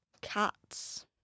cats